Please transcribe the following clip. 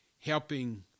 helping